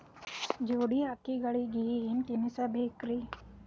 ಜೋಡಿ ಎತ್ತಗಳಿಗಿ ಏನ ತಿನಸಬೇಕ್ರಿ?